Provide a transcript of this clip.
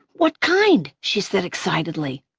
what kind? she said excitedly.